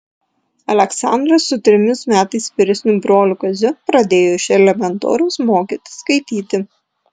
aleksandras su trimis metais vyresniu broliu kaziu pradėjo iš elementoriaus mokytis skaityti